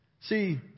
See